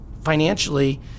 financially